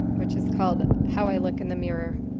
which is called how i look in the mirror.